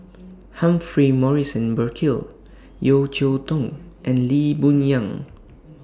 Humphrey Morrison Burkill Yeo Cheow Tong and Lee Boon Yang